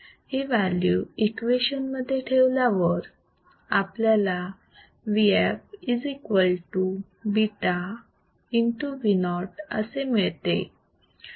ही value equation मध्ये ठेवल्यावर आपल्याला VfβVo असे मिळते